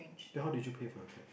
then how did you pay for your cab